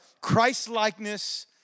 Christ-likeness